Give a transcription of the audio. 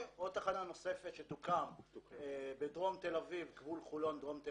עוד תחנה תוקם בדרום תל אביב, גבול חולון.